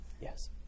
Yes